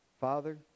father